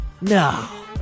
No